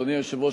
אדוני היושב-ראש,